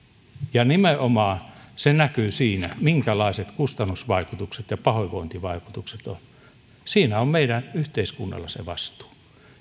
ja se näkyy nimenomaan siinä minkälaiset kustannusvaikutukset ja pahoinvointivaikutukset ovat siinä on meidän yhteiskunnalla se vastuu